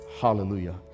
hallelujah